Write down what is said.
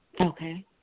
Okay